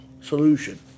solution